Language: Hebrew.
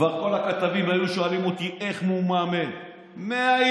כבר כל הכתבים היו שואלים אותי איך מו, מה מֶה.